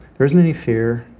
there isn't any fear.